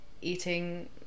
eating